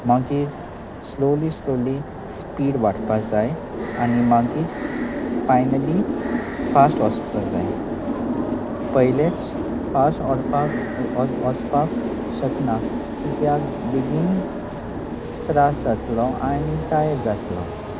मागीर slowly slowly speed वाडपा जाय आनी मागीर फायनली फास्ट वचपा जाय पयलेंच फास्ट ओडपाक वचपाक शकना कित्याक बेगीन त्रास जातलो आनी टायर जातलो